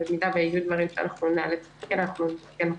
במידה ויהיו דברים שנאלץ לתקן נתקן אותם.